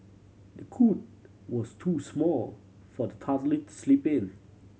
the cot was too small for the toddler to sleep in